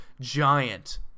giant